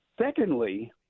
Secondly